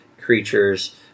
creatures